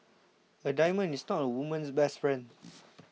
a diamond is not a woman's best friend